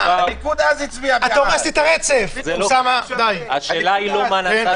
השאלה אינה מה נעשה,